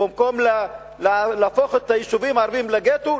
במקום להפוך את היישובים הערביים לגטו,